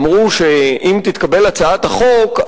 אמרו שאם תתקבל הצעת החוק,